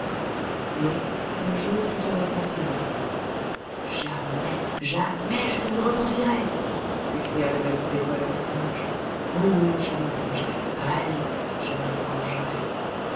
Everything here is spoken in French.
non un jour tu te repentiras jamais jamais je ne me repentirai s'écria le maître d'école avec rage oh je me vengerai allez je me vengerai